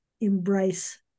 embrace